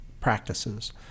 practices